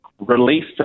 released